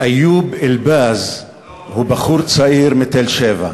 איוב אלבאז הוא בחור צעיר מתל-שבע.